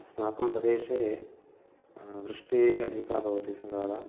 अस्माकं प्रदेशे वृष्टिः अधिका भवति सर्वदा